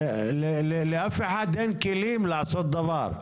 לאף אחד אין כלים לעשות דבר.